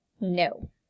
No